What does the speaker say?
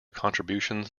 contributions